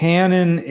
Canon